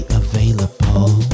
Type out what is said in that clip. available